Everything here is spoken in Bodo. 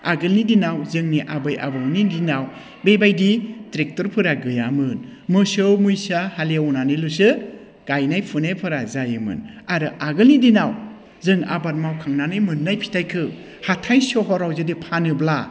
आगोलनि दिनाव जोंनि आबै आबौनि दिनाव बैबायदि ट्रेक्टरफोरा गैयामोन मोसौ मैसो हाल एवनानैल'सो गायनाय फुनायफोरा जायोमोन आरो आगोलनि दिनाव जों आबाद मावखांनानै मोननाय फिथाइखौ हाथाइ सहराव जुदि फानोब्ला